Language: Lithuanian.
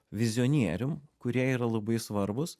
vizionierium kurie yra labai svarbūs